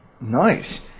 Nice